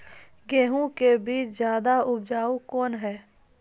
गेहूँ के बीज ज्यादा उपजाऊ कौन है?